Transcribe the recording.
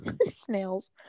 Snails